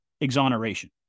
exoneration